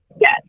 Yes